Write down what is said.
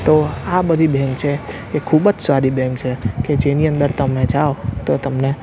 તો આ બધી બેન્ક છે એ ખૂબ જ સારી બેન્ક છે કે જેની અંદર તમે જાઓ તો તમને